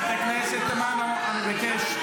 אני מבקש.